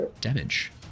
damage